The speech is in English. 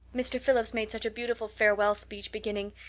mr. phillips made such a beautiful farewell speech beginning,